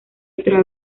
otra